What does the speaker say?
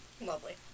Lovely